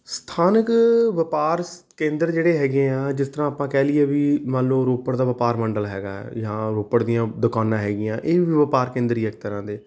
ਸਥਾਨਕ ਵਪਾਰਕ ਕੇਂਦਰ ਜਿਹੜੇ ਹੈਗੇ ਆ ਜਿਸ ਤਰ੍ਹਾਂ ਆਪਾ ਕਹਿ ਲਈਏ ਵੀ ਮੰਨ ਲਓ ਰੋਪੜ ਦਾ ਵਪਾਰ ਮੰਡਲ ਹੈਗਾ ਹੈ ਵੀ ਹਾਂ ਰੋਪੜ ਦੀਆਂ ਦੁਕਾਨਾਂ ਹੈਗੀਆਂ ਇਹ ਵੀ ਵਪਾਰ ਕੇਂਦਰ ਹੀ ਆ ਇੱਕ ਤਰ੍ਹਾਂ ਦੇ